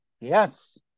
Yes